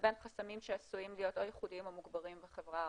לבין חסמים שעשויים להיות או ייחודיים או מוגברים בחברה הערבית.